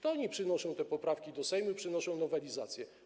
To oni przynoszą te poprawki do Sejmu, przynoszą nowelizację.